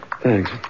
Thanks